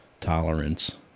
tolerance